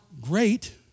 great